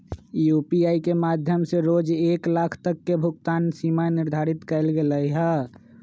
UPI के माध्यम से रोज एक लाख तक के भुगतान सीमा निर्धारित कएल गेल हइ